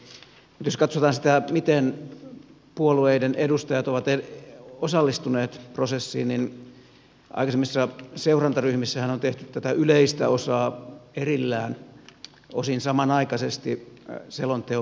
jos katsotaan sitä miten puolueiden edustajat ovat osallistuneet prosessiin niin aikaisemmissa seurantaryhmissähän on tehty tätä yleistä osaa erillään osin samanaikaisesti selonteon valmistelun kanssa